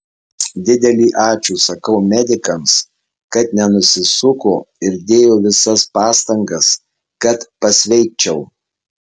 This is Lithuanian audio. didelį ačiū sakau medikams kad nenusisuko ir dėjo visas pastangas kad pasveikčiau